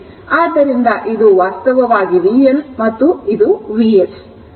ಆದ್ದರಿಂದ ಇದು ವಾಸ್ತವವಾಗಿ vn ಮತ್ತು ಇದು Vs